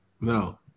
No